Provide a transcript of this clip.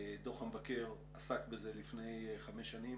דוח המבקר עסק בזה לפני חמש שנים.